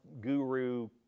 guru